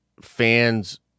fans